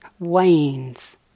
wanes